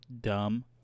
dumb